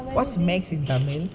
what's max in tamil